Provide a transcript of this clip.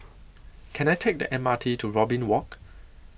Can I Take The M R T to Robin Walk